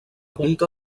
punta